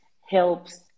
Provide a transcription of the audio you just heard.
helps